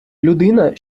людина